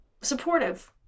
supportive